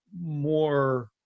more